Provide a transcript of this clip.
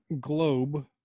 globe